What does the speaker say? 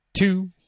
two